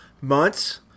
months